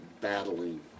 battling